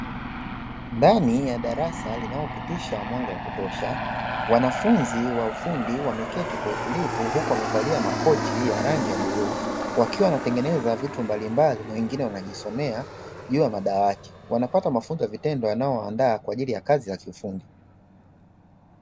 Ndani ya darasa linalopitisha mwanga wa kutosha, wanafunzi wa ufundi wameketi kwa utulivu huku wamevalia makoti yae rangi ya bluu, wakiwa wanatengeneza vitu mbalimbali na wengine wanajisomea juu ya madawati, wanapata mafunzo ya vitendo yanayowaandaa kwa ajili kazi ya kiufundi.